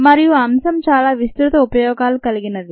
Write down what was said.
మరియు అంశం చాలా విస్తృత ఉపయోగాలు కలిగినది